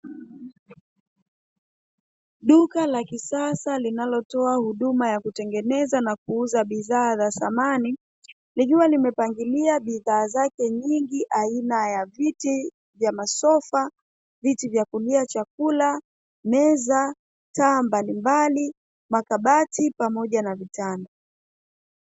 Duka la kisasa linaloto huduma ya kutengeneza na kuuza bidhaa za samani likiwa limepangilia bidhaa zake nyingi aina ya viti vya masofa, viti vya kulia chakula, meza, taa mbali mbali, makabati pamoja na vitanda.